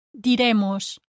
Diremos